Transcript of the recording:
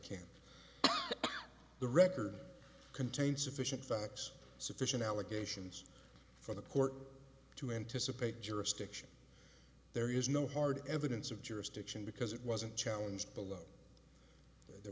can the record contain sufficient facts sufficient allegations for the court to anticipate jurisdiction there is no hard evidence of jurisdiction because it wasn't challenge below there